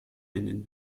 einen